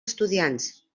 estudiants